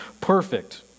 Perfect